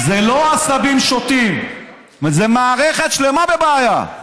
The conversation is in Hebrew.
זה לא עשבים שוטים, זאת מערכת שלמה בבעיה.